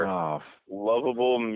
Lovable